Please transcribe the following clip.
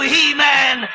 He-Man